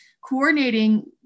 coordinating